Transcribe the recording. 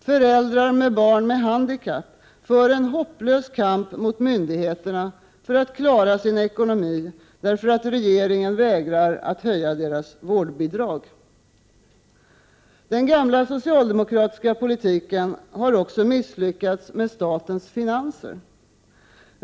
Föräldrar med barn med handikapp för en hopplös kamp mot myndigheterna för att klara sin ekonomi, därför att regeringen vägrar att höja deras vårdbidrag. Den gamla socialdemokratiska politiken har också misslyckats med statens finanser.